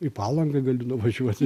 į palangą gali nuvažiuoti